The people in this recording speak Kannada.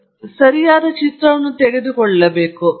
ನಾವು ಸರಿಯಾದ ಚಿತ್ರವನ್ನು ತೆಗೆದುಕೊಳ್ಳೋಣ